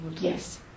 Yes